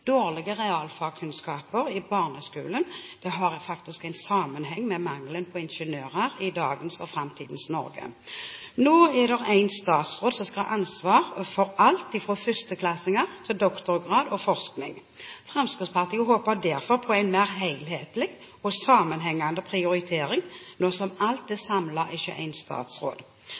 Dårlige realfagskunnskaper i barneskolen har faktisk en sammenheng med mangelen på ingeniører i dagens og framtidens Norge. Nå er det en statsråd som skal ha ansvar for alt fra førsteklassinger til doktorgrad og forskning. Fremskrittspartiet håper derfor på en mer helhetlig og sammenhengende prioritering, nå som alt er samlet hos en statsråd.